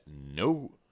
no